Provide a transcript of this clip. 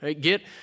Get